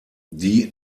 die